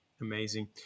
Amazing